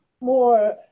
more